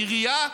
העירייה,